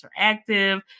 interactive